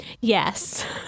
Yes